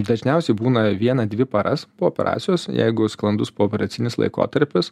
dažniausiai būna vieną dvi paras po operacijos jeigu sklandus pooperacinis laikotarpis